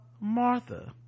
martha